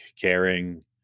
caring